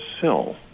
sill